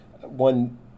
One